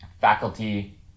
faculty